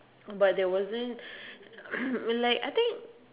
but there wasn't like I think